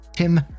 tim